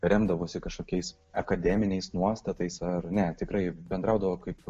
remdavosi kažkokiais akademiniais nuostatais ar ne tikrai bendraudavo kaip